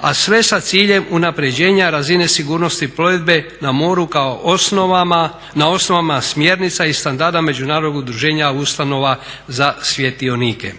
a sve sa ciljem unapređenja razine sigurnosti plovidbe na moru na osnovama smjernica i standarda Međunarodnog udruženja ustanova za svjetionike.